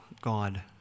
God